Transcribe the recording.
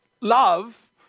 love